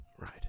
right